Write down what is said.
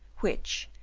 which,